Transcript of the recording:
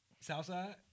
Southside